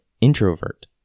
introvert